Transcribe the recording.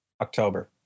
October